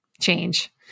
change